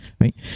right